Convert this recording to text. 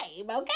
Okay